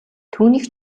түүнийг